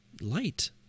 light